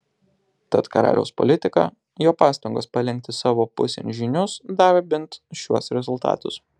tad karaliaus politika jo pastangos palenkti savo pusėn žynius davė bent šiuos rezultatus